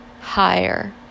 higher